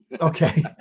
okay